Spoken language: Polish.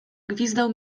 gwizdał